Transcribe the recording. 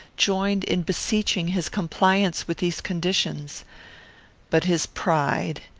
joined in beseeching his compliance with these conditions but his pride,